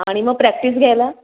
आणि मग प्रॅक्टिस घ्यायला